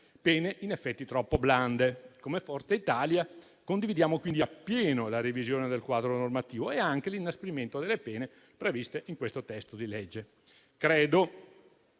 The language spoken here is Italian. pene in effetti troppo blande. Noi di Forza Italia condividiamo, quindi, appieno la revisione del quadro normativo e anche l'inasprimento delle pene previste in questo testo di legge. Credo